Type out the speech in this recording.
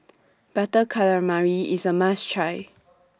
Butter Calamari IS A must Try